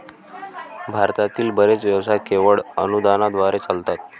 भारतातील बरेच व्यवसाय केवळ अनुदानाद्वारे चालतात